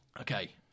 Okay